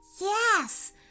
Yes